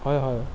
হয় হয়